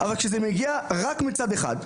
אבל כשזה מגיע רק מצד אחד,